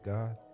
God